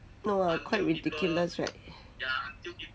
no ah quite ridiculous [right]